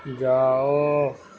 جاؤ